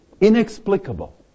inexplicable